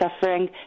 suffering